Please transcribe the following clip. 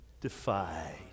defied